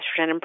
estrogen